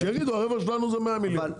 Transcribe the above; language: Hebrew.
אז שיגידו: הרווח שלנו זה 100 מיליון.